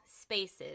spaces